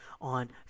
on